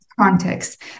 context